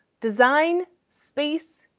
design, space,